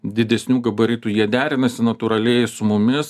didesnių gabaritų jie derinasi natūraliai su mumis